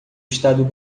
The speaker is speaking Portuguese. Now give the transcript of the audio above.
estado